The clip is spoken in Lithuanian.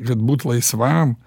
kad būt laisvam